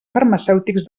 farmacèutics